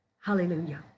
Hallelujah